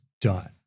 done